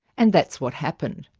and that's what happened,